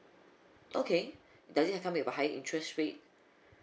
okay does it come with a high interest rate